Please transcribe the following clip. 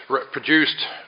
produced